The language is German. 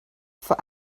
vor